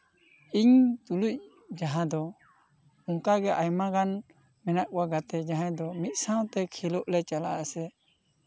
ᱤᱧ ᱛᱩᱞᱩᱪ ᱡᱟᱦᱟᱸ ᱫᱚ ᱚᱱᱠᱟᱜᱮ ᱟᱭᱢᱟ ᱜᱟᱱ ᱢᱮᱱᱟᱜ ᱠᱚᱣᱟ ᱜᱟᱛᱮ ᱡᱟᱦᱟᱸ ᱫᱚ ᱢᱤᱫ ᱥᱟᱶᱛᱮ ᱠᱷᱮᱞᱳᱜ ᱞᱮ ᱪᱟᱞᱟᱜ ᱟᱥᱮ